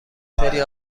سری